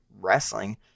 wrestling